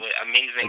amazing